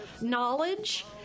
knowledge